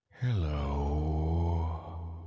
Hello